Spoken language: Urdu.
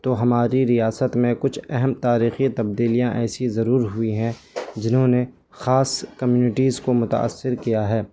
تو ہماری ریاست میں کچھ اہم تاریخی تبدیلیاں ایسی ضرور ہوئی ہیں جنہوں نے خاص کمیونٹیز کو متاثر کیا ہے